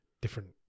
different